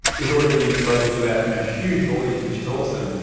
is already getting exposure to our you know huge audience, which is awesome.